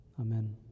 Amen